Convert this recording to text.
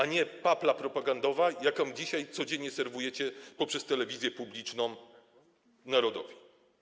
To nie papla propagandowa, jaką dzisiaj codziennie serwujecie poprzez telewizję publiczną narodowi.